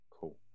Cool